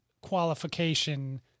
qualification